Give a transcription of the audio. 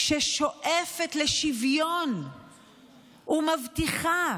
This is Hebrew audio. ששואפת לשוויון ומבטיחה,